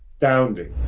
astounding